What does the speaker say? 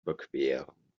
überqueren